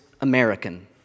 American